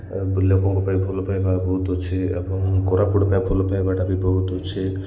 ଲୋକଙ୍କ ପାଇଁ ଭଲପାଇବା ବହୁତ ଅଛି ଏବଂ କୋରାପୁଟ ପାଇଁ ଭଲପାଇବାଟା ବି ବହୁତ ଅଛି